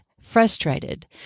frustrated